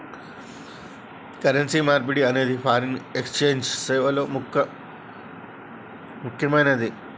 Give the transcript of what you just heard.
currency మార్పిడి అనేది foreign exchange సేవల్లో ముక్కెమైనది